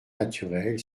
naturelle